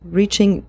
reaching